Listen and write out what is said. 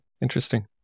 Interesting